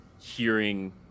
hearing